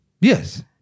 Yes